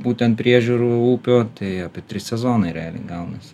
būtent priežiūrų upių tai apie trys sezonui realiai gaunasi